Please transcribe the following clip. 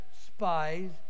spies